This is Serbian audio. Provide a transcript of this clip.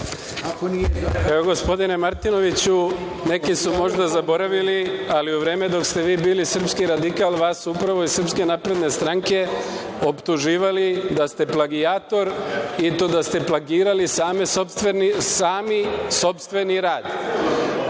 Gospodine Martinoviću, neki su možda zaboravili, ali u vreme dok ste vi bili srpski radikal, vas su upravo iz SNS optuživali da ste plagijator i to da ste plagirali sami sopstveni rad